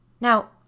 Now